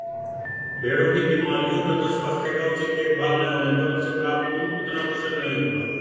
भेड़ों की बीमारियों तथा स्वास्थ्य का उचित देखभाल न होने पर उनसे प्राप्त ऊन उतना कुशल नहीं होगा